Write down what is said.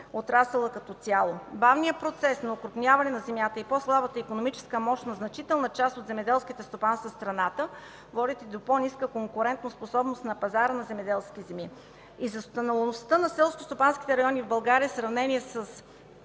отрасъла като цяло. Бавният процес на окрупняване на земята и по-слабата икономическа мощ на значителна част от земеделските стопанства в страната водят и до по-ниска конкурентоспособност на пазара на земеделски земи. Изостаналостта на селскостопанските райони в Българи в сравнение с